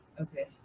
Okay